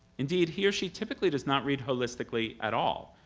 indeed, he or she typically does not read holistically at all,